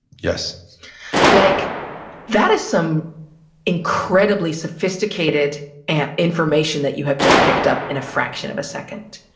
yes like that is some incredibly sophisticated and information that you have just picked up in a fraction of a second.